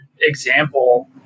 example